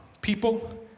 people